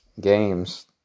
games